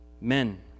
Men